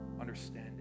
understanding